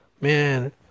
man